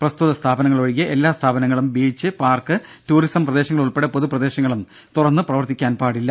പ്രസ്തുത സ്ഥാപനങ്ങൾ ഒഴികെ എല്ലാവിധ സ്ഥാപനങ്ങളും ബീച്ച് പാർക്ക് ടൂറിസം പ്രദേശങ്ങൾ ഉൾപ്പെടെ പൊതുപ്രദേശങ്ങളും തുറന്നു പ്രവർത്തിക്കാൻ പാടില്ല